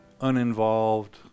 uninvolved